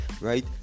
right